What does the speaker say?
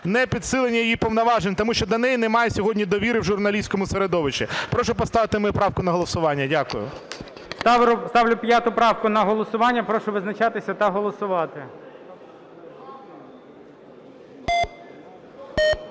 не підсилення її повноважень, тому що до неї немає сьогодні довіри в журналістському середовищі. Прошу поставити мою правку на голосування. Дякую. ГОЛОВУЮЧИЙ. Ставлю 5 правку на голосування. Прошу визначатись та голосувати.